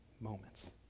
moments